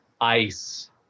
ice